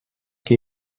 que